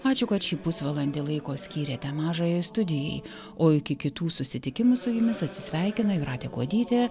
ačiū kad šį pusvalandį laiko skyrėte mažajai studijai o iki kitų susitikimų su jumis atsisveikina jūratė kuodytė